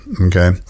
okay